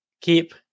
keep